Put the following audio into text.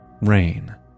Rain